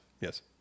Yes